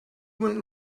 went